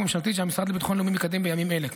ממשלתית שהמשרד לביטחון לאומי מקדם בימים אלה.